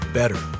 better